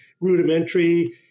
rudimentary